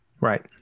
Right